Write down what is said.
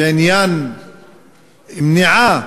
בעניין מניעה